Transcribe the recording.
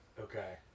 Okay